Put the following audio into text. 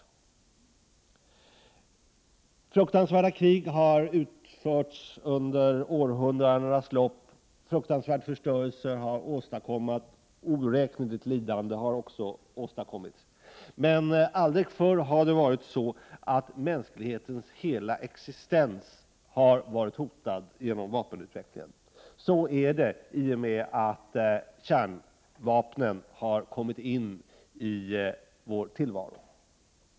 Fruktansvärda krig har genomförts under århundradenas lopp, ohygglig förstörelse och oräkneligt lidande har åstadkommits, men aldrig förr har det varit så att mänsklighetens hela existens har varit hotad genom vapenutvecklingen. Så har dock skett genom att kärnvapnen har kommit in i vår tillvaro.